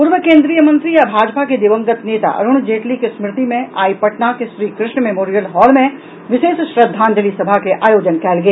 पूर्व केन्द्रीय मंत्री आ भाजपा के दिवंगत नेता अरूण जेटलीक स्मृति मे आइ पटनाक श्रीकृष्ण मेमोरियल हॉल मे विशेष श्रद्धांजलि सभा के आयोजन कयल गेल